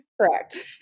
Correct